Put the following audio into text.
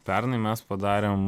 pernai mes padarėm